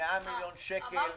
עם 100 מיליון שקל עבור היל"ה,